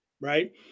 right